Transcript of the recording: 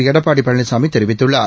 எடப்பாடி பழனிசாமி தெரிவித்துள்ளார்